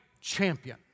champion